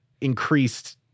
increased